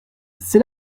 c’est